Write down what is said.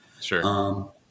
Sure